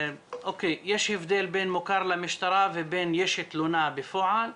יש הבדל בין מוכר למשטרה ובין יש תלונה בפועל.